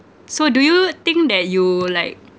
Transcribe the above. so do you think that you like